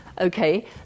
okay